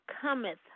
cometh